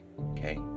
Okay